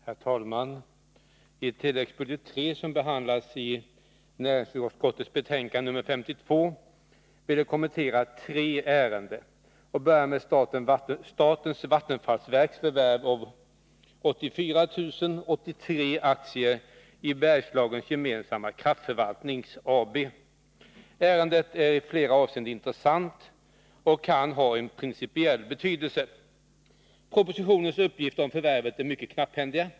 Herr talman! I tilläggsbudget III, som behandlas i näringsutskottets betänkande nr 52, vill jag kommentera tre ärenden och börjar med statens vattensfallsverks förvärv av 84083 aktier i Bergslagens Gemensamma Kraftförvaltning AB. Ärendet är i flera avseenden intressant och kan ha en principiell betydelse. Propositionens uppgifter om förvärvet är mycket knapphändiga.